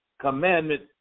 commandment